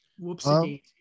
Whoopsie